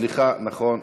סליחה, נכון.